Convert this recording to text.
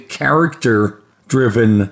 character-driven